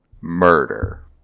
murder